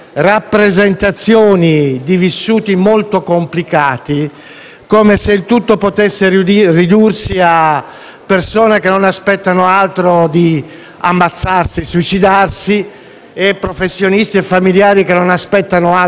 come se tutto potesse ridursi alla rappresentazione di persone che non aspettano altro che ammazzarsi e suicidarsi e di professionisti e familiari che non aspettano altro che spegnere vite in bilico: non è proprio così.